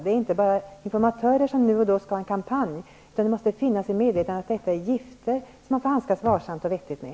Det är inte bara informatörer som nu och då skall genomföra en kampanj. Det måste finnas i medvetandet att det är fråga om gifter som man måste handskas varsamt och vettigt med.